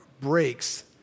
breaks